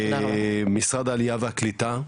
משרד העלייה והקליטה,